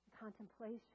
contemplation